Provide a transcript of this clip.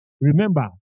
remember